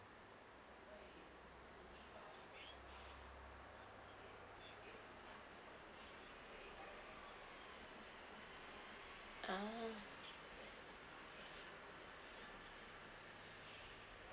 ah